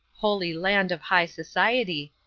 holy land of high society,